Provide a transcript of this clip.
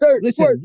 Listen